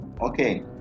Okay